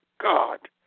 God